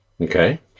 Okay